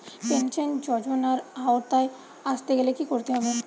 Pension যজোনার আওতায় আসতে গেলে কি করতে হবে?